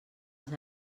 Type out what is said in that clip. els